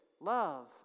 love